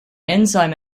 enzyme